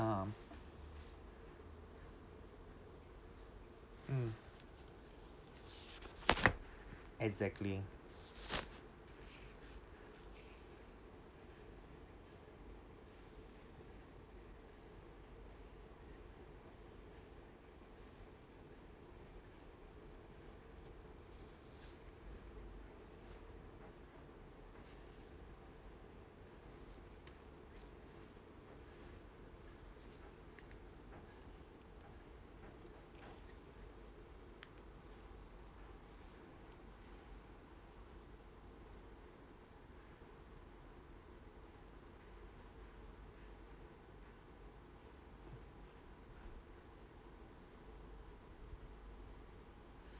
mm exactly